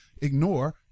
ignore